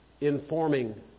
informing